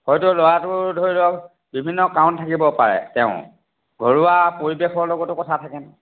হয়তো ল'ৰাটোৰ ধৰি লওঁক বিভিন্ন কাৰণ থাকিব পাৰে তেওঁৰ ঘৰুৱা পৰিৱেশৰ লগতো কথা থাকে